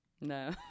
No